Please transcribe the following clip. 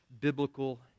biblical